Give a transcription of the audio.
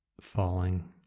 falling